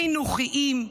חינוכיים,